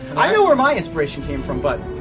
i know where my inspiration came from, but,